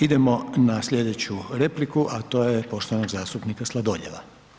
Idemo na slijedeću repliku, a to je poštovanog zastupnika Sladoljeva.